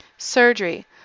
Surgery